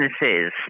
businesses